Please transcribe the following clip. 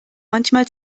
manchmal